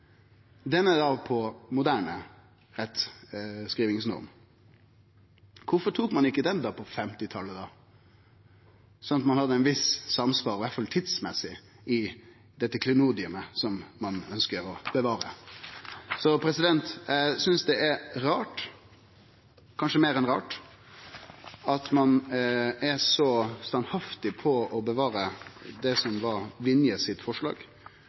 tok ein ikkje her også utgangspunkt i 1950-talet, slik at det blei eit visst samsvar, i alle fall med tanke på tida, når det gjeld dette klenodiet som ein ønskjer å bevare? Eg synest det er rart – kanskje meir enn rart – at ein er så standhaftig på å bevare Vinje sitt forslag,